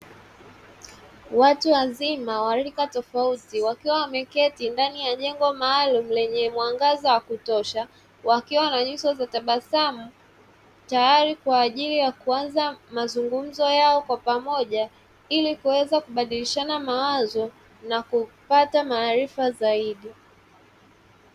Watu wazima wa rika tofauti wakiwa wameketi ndani ya jengo maalumu lenye mwangaza wa kutosha. Wakiwa na nyuso za tabasamu, tayari kwa ajili ya kuanza mazungumzo yao kwa pamoja, ili kuweza kubadilishana mawazo na kupata maarifa zaidi.